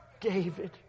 David